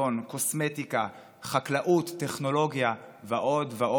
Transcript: מדינת ישראל כסטרטאפ ניישן יכולה להוביל את המשק הישראלי לפריחה דווקא